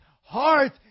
heart